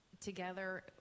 together